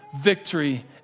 victory